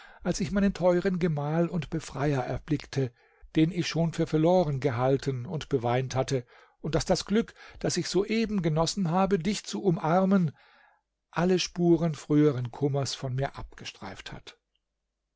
als ich meinen teuren gemahl und befreier erblickte den ich schon für verloren gehalten und beweint hatte und daß das glück das ich soeben genossen habe dich zu umarmen alle spuren frühern kummers von mir abgestreift hat